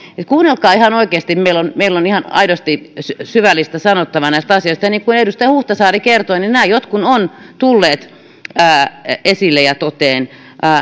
kuunnelkaa ihan oikeasti meillä on meillä on ihan aidosti syvällistä sanottavaa näistä asioista ja niin kuin edustaja huhtasaari kertoi nämä jotkut ovat tulleet esille ja toteen